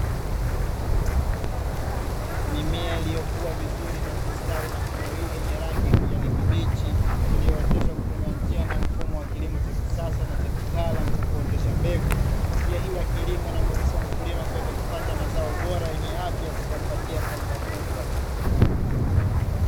Mimea iliyokuwa vizuri na kustawi na kunawiri, yenye rangi ya kijani kibichi, iliyooteshwa kwa kutumia njia na mfumo wa kilimo cha kisasa na cha kitaalamu cha kuotesha mbegu. Njia hii ya kilimo inamuwezesha mkulima kuweza kupata mazao bora yenye afya, yatakayompatia faida kubwa.